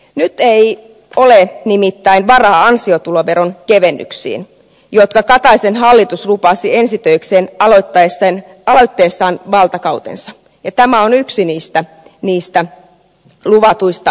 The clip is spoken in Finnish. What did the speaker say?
nyt ei ole nimittäin varaa ansiotuloveron kevennyksiin jotka kataisen hallitus lupasi ensi töikseen aloittaessaan valtakautensa ja tämä on yksi niistä luvatuista vaalilupauksista